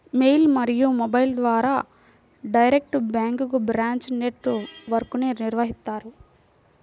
mail మరియు మొబైల్ల ద్వారా డైరెక్ట్ బ్యాంక్లకు బ్రాంచ్ నెట్ వర్క్ను నిర్వహిత్తారు